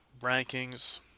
rankings